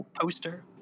poster